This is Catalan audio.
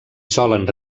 solen